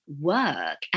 work